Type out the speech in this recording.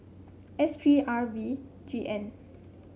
S three R V G N